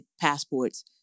passports